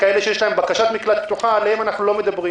כאלה שיש להם בקשת מקלט פתוחה עליהם אנחנו לא מדברים.